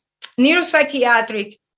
neuropsychiatric